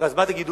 ואז מה תגידו?